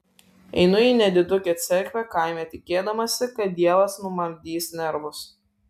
einu į nedidukę cerkvę kaime tikėdamasi kad dievas numaldys nervus